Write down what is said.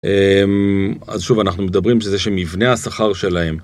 אז שוב אנחנו מדברים שזה שמבנה השכר שלהם.